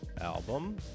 album